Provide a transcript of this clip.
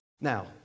Now